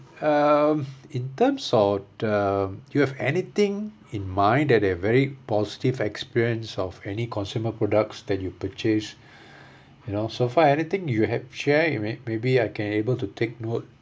um in terms of uh you have anything in mind that a very positive experience of any consumer products that you purchase you know far anything you have share you may maybe I can able to take note